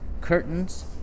Curtains